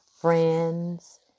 friends